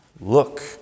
look